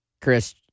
Chris